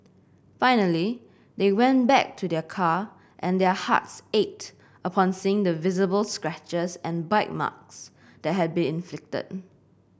finally they went back to their car and their hearts ached upon seeing the visible scratches and bite marks that had been inflicted